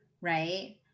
right